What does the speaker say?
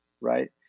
right